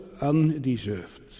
undeserved